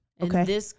Okay